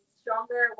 stronger